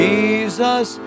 Jesus